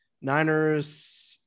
Niners